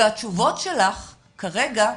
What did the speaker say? והתשובות שלך כרגע,